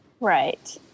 Right